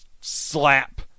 Slap